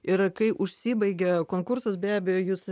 ir kai užsibaigė konkursas be abejo jūs